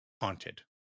haunted